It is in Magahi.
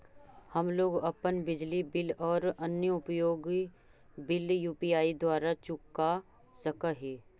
हम लोग अपन बिजली बिल और अन्य उपयोगि बिल यू.पी.आई द्वारा चुका सक ही